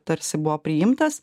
tarsi buvo priimtas